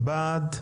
בעד?